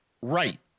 Right